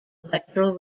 electoral